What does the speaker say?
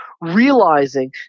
realizing